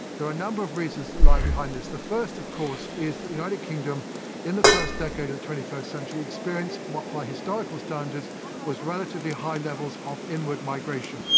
there are a number of reasons that lie behind this. the first of course is the united kingdom in the first decade of the twenty first century experienced what by historical standards was relatively high levels of inward migration.